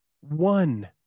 One